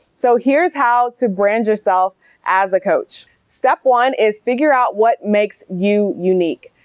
so here's how to brand yourself as a coach. step one is figure out what makes you unique.